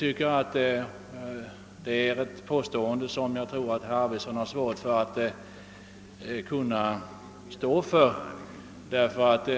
Det är ett påstående som jag tror att herr Arvidson får svårt att stå för.